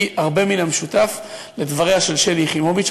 הרבה מן המשותף עם דבריה של שלי יחימוביץ,